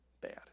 bad